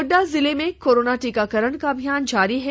गोड्डा जिले में कोरोना टीकाकरण का अभियान जारी है